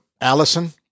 Allison